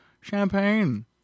Champagne